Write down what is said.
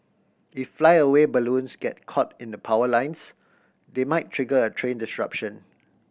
if flyaway balloons get caught in the power lines they might trigger a train disruption